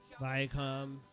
Viacom